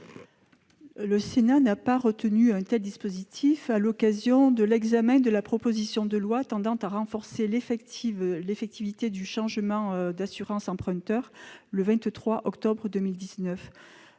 Le Sénat n'avait pas retenu un tel dispositif à l'occasion de l'examen de la proposition de loi tendant à renforcer l'effectivité du droit au changement d'assurance emprunteur le 23 octobre 2019.